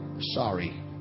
sorry